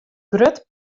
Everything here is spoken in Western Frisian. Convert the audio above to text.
grut